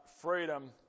freedom